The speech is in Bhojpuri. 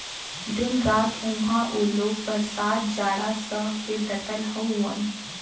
दिन रात उहां उ लोग बरसात जाड़ा सह के डटल हउवन